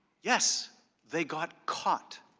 yes they got caught.